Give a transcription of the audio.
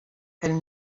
elle